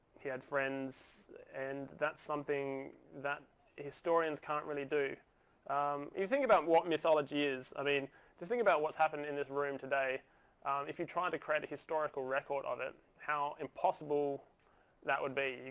he had friends. and that's something that historians can't really do. if you think about what mythology is, i mean just think about what's happened in this room today if you try and to create historical record of it, how impossible that would be.